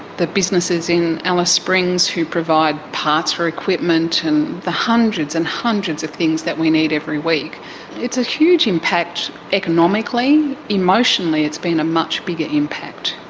the businesses in alice springs who provide parts for equipment and the hundreds and hundreds of thing that we need every week it's a huge impact economically emotionally it's been a much bigger impact.